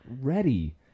ready